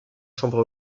chambre